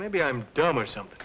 maybe i'm dumb or something